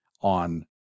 on